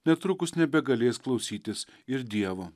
netrukus nebegalės klausytis ir dievo